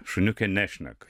šuniukė nešneka